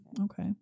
Okay